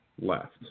Left